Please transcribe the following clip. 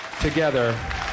together